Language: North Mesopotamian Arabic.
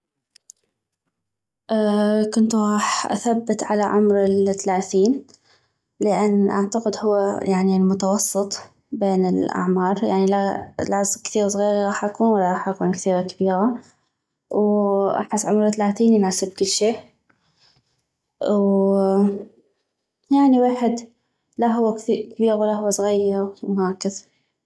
كنتو غاح اثبت على عمر التلاثين لان اعتقد انو هو يعني المتوسط بين الأعمار لا كثيغ زغيغي غاح أكون ولا كثيغ كبيغة واحس عمر التلاثين يناسب كل شي ويعني ويحد لا هو كبيغ كثير ولا هو زغيغ وهكذ